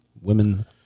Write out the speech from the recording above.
Women